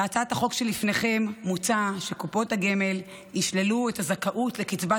בהצעת החוק שלפניכם מוצע שקופות הגמל ישללו את הזכאות לקצבת